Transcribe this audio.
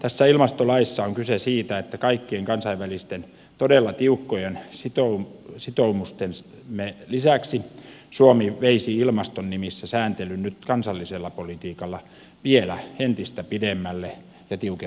tässä ilmastolaissa on kyse siitä että kaikkien kansainvälisten todella tiukkojen sitoumustemme lisäksi suomi veisi ilmaston nimissä sääntelyn nyt kansallisella politiikalla vielä entistä pidemmälle ja tiukempaan suuntaan